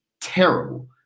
terrible